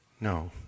No